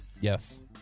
Yes